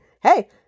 Hey